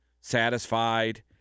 satisfied